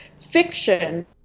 fiction